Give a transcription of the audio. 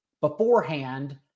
beforehand